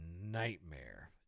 nightmare